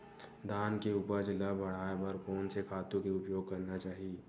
धान के उपज ल बढ़ाये बर कोन से खातु के उपयोग करना चाही?